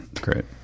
Great